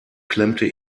klemmte